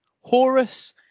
Horus